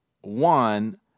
one